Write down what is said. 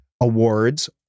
awards